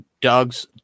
Doug's